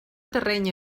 terreny